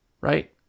right